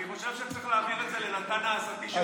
אני חושב שצריך להעביר את זה לנתן העזתי של,